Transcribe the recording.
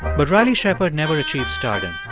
but riley shepard never achieved stardom.